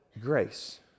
grace